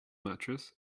mattress